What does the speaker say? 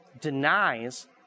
denies